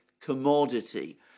commodity